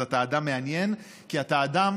אז אתה אדם מעניין כי אתה אדם,